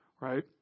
Right